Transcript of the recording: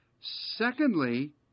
Secondly